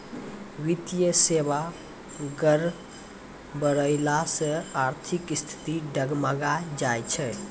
वित्तीय सेबा गड़बड़ैला से आर्थिक स्थिति डगमगाय जाय छै